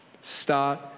Start